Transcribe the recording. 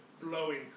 flowing